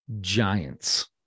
giants